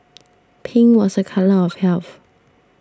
pink was a colour of health